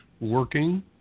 working